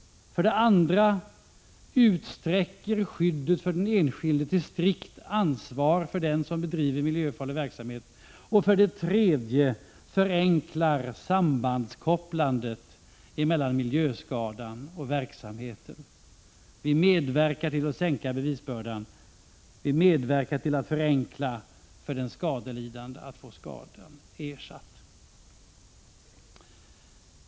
För det andra utsträcker den skyddet för den enskilde till strikt ansvar för den som bedriver miljöfarlig verksamhet. För det tredje förenklar den sammankopplandet av miljöskadan och verksamheten. Vi medverkar till att lätta bevisbördan. Vi medverkar till att förenkla för den skadelidande att få skadan ersatt.